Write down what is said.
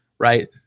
Right